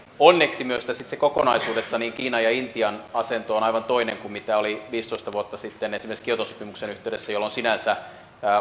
onneksi myös itse kokonaisuudessa kiinan ja intian asento on aivan toinen kuin oli viisitoista vuotta sitten esimerkiksi kioton sopimuksen yhteydessä joten sinänsä